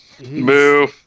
Boo